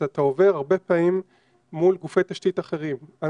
אתה עובד הרבה פעמים מול גופי תשתית אחרים.